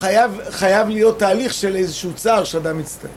חייב להיות תהליך של איזשהו צער שאדם מצטער.